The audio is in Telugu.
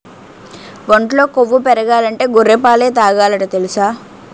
ఒంట్లో కొవ్వు పెరగాలంటే గొర్రె పాలే తాగాలట తెలుసా?